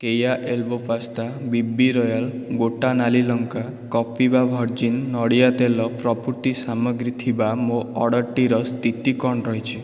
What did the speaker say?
କେୟା elbow pasta ବିବି royal ଗୋଟା ନାଲି ଲଙ୍କା କପିଭା ଭର୍ଜିନ୍ ନଡ଼ିଆ ତେଲ ପ୍ରଭୃତି ସାମଗ୍ରୀ ଥିବା ମୋ ଅର୍ଡ଼ର୍ଟିର ସ୍ଥିତି କ'ଣ ରହିଛି